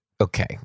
okay